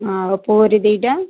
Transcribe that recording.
ଆଉ ପୁରି ଦୁଇଟା